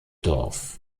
dorf